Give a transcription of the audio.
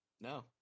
No